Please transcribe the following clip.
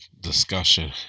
discussion